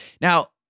Now